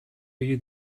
you